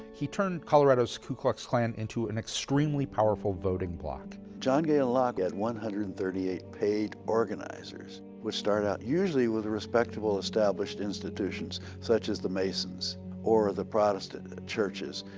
he turned colorado's ku klux klan into an extremely powerful voting bloc. john galen locke had one hundred and thirty eight paid organizers, would start out usually with the respectable established institutions, such as the masons or the protestant churches.